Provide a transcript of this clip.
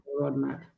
roadmap